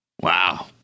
Wow